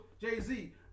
Jay-Z